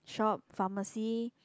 shop pharmacy